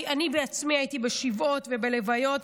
אני בעצמי הייתי בשבעות ובלוויות,